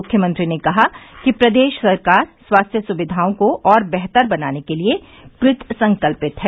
मुख्यमंत्री ने कहा कि प्रदेश सरकार स्वास्थ्य सुविधाओं को और बेहतर बनाने के लिए कृतसंकल्पित है